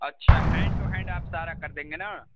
اچھا hand to hand آپ سارا کر دیں گے نا